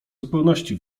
zupełności